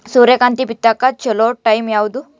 ಸೂರ್ಯಕಾಂತಿ ಬಿತ್ತಕ ಚೋಲೊ ಟೈಂ ಯಾವುದು?